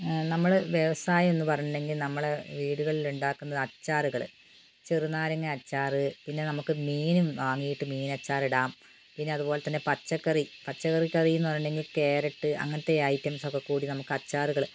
നമ്മൾ വ്യവസായം എന്ന് പറഞ്ഞിട്ടുണ്ടെങ്കിൽ നമ്മൾ വീടുകളിൽ ഉണ്ടാക്കുന്ന അച്ചാറുകൾ ചെറുനാരങ്ങ അച്ചാർ പിന്നെ നമുക്ക് മീനും വാങ്ങിയിട്ട് മീനച്ചാർ ഇടാം പിന്നെ അതുപോലെ തന്നെ പച്ചക്കറി പച്ചക്കറി എന്ന് പറഞ്ഞിട്ട് ഉണ്ടെങ്കിൽ കാരറ്റ് അങ്ങനത്തെ ഐറ്റംസ് ഒക്കെ കൂടി നമുക്ക് അച്ചാറുകൾ